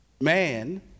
Man